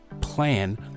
plan